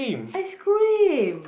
ice cream